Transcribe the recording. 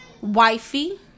wifey